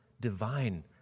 Divine